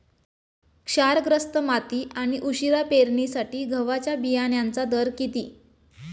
क्षारग्रस्त माती आणि उशिरा पेरणीसाठी गव्हाच्या बियाण्यांचा दर किती?